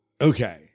Okay